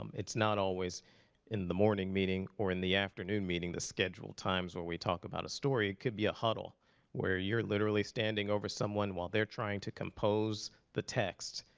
um it's not always in the morning meeting or in the afternoon meeting, the scheduled times where we talk about a story. it could be a huddle where you're literally standing over someone while they're trying to compose the text.